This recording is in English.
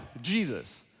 Jesus